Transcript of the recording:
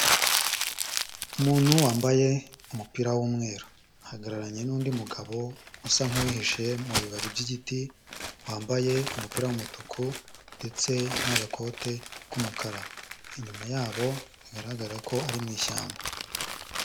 Umuntu wambaye umupira w'umweru ahagararanye n'undi mugabo usa nk'uwihishe mu bibabi by'igiti, wambaye umupira w'umutuku ndetse n'agakote k'umukara, inyuma yabo bigaragara ko ari mu ishyamba.